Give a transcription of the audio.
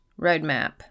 roadmap